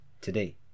today